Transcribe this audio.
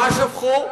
מה שפכו?